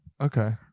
Okay